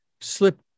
slip